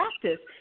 practice